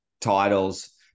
titles